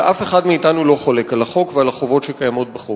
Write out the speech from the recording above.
ואף אחד מאתנו לא חולק על החוק ועל החובות שקיימות בחוק.